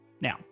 Now